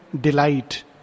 delight